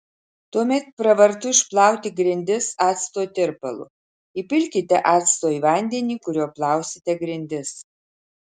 tuomet pravartu išplauti grindis acto tirpalu įpilkite acto į vandenį kuriuo plausite grindis